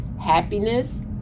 happiness